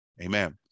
Amen